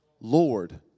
Lord